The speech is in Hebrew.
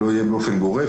לא יהיה באופן גורף,